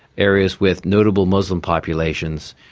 areas with notable muslim populations.